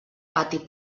pati